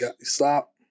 stop